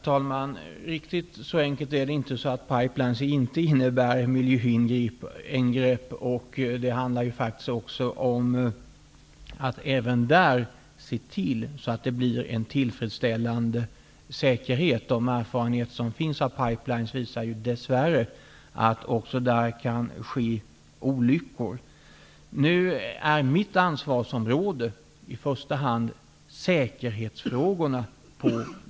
Herr talman! Riktigt så enkelt är det inte att pipelines inte skulle innebära ingrepp i miljön. Det handlar faktiskt också om att även där se till att det bli en tillfredsställande säkerhet. De erfarenheter som finns av pipelines visar dess värre att även där kan ske olyckor. Nu är mitt ansvarsområde i första hand säkerhetsfrågorna.